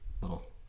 little